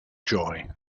joy